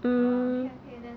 ah okay okay then